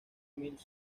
miles